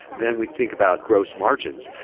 then we think about gross margins.